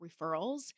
referrals